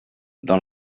dans